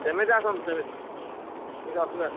ସେମିତି ଆସନ୍ତୁ ସେମିତି କିଛି ଅସୁବିଧା ନାହିଁ